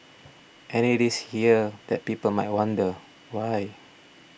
and it is here that people might wonder why